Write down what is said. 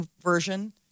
version